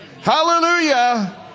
Hallelujah